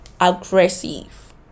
aggressive